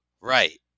right